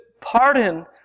pardon